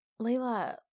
Layla